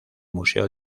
museo